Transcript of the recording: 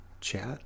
chat